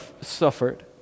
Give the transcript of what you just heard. suffered